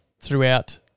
throughout